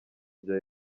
bya